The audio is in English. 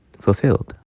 fulfilled